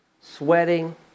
sweating